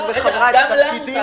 כל אחד יגיד את שלו.